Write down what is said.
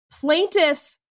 plaintiffs